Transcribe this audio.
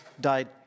died